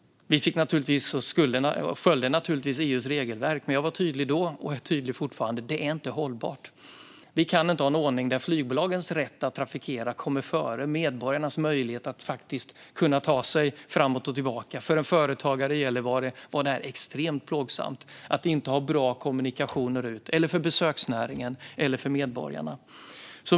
Vi följde naturligtvis EU:s regelverk. Men jag var tydlig då, och jag är fortfarande tydlig: Detta är inte hållbart. Vi kan inte ha en ordning där flygbolagens rätt att trafikera kommer före medborgarnas möjlighet att ta sig fram och tillbaka. För en företagare i Gällivare var det extremt plågsamt att inte ha bra kommunikationer ut, liksom för besöksnäringen och medborgarna.